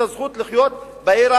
את הזכות לחיות בעירם,